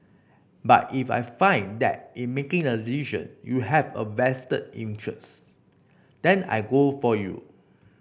but if I find that in making the decision you have a vested interest then I go for you